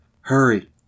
Hurry